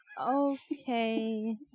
Okay